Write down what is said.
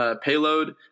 payload